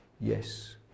yes